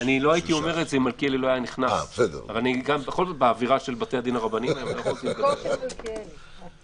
עוד